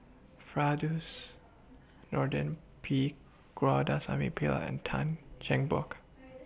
Nordin P Pillai and Tan Cheng Bock